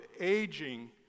aging